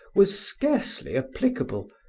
was scarcely applicable,